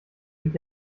wich